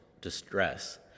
distress